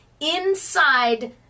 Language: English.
inside